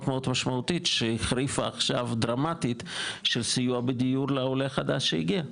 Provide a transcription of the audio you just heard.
משמעותית שהחריפה עכשיו דרמטית של סיוע בדיור לעולה חדש שהגיע,